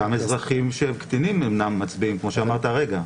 גם אזרחים קטינים אינם מצביעים, כמו שאמרת הרגע.